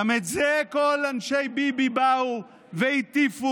גם את זה כל אנשי ביבי באו והטיפו,